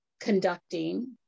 conducting